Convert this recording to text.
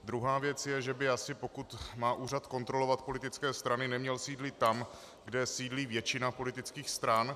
Druhá věc je, že pokud má úřad kontrolovat politické strany, neměl by sídlit tam, kde sídlí většina politických stran.